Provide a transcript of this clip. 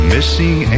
Missing